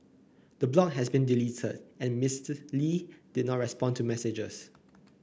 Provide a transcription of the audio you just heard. the blog has been deleted and Mister Lee did not respond to messagers